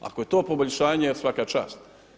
Ako je to poboljšanje svaka čast.